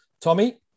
Tommy